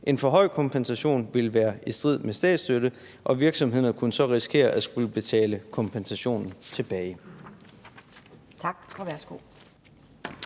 En for høj kompensation ville være i strid med reglerne om statsstøtte, og virksomhederne kunne så risikere at skulle betale kompensationen tilbage.